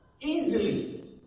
easily